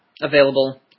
available